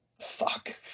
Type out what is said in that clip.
fuck